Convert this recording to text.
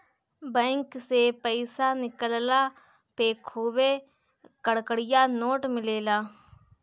bank से पईसा निकलला पे खुबे कड़कड़िया नोट मिलेला